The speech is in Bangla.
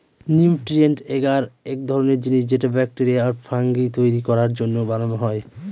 নিউট্রিয়েন্ট এগার এক ধরনের জিনিস যেটা ব্যাকটেরিয়া আর ফাঙ্গি তৈরী করার জন্য বানানো হয়